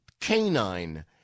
canine